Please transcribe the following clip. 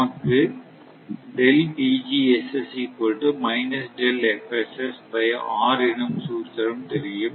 நமக்கு என்னும் சூத்திரம் தெரியும்